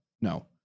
no